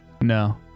No